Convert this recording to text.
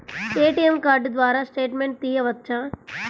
ATM card ద్వారా statement తీయవచ్చా?